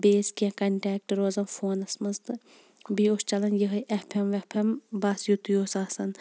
بیٚیہِ ٲسۍ کیٚنٛہہ کَنٹیٚکٹ روزان فونَس مَنٛز تہٕ بیٚیہِ اوس چَلان یِہَے ایٚف ایٚم ویٚف ایٚم بَس یِتُے اوس آسان